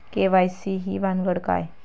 KYC ही भानगड काय?